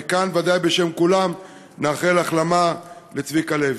ומכאן, ודאי בשם כולם, נאחל החלמה לצביקה לוי.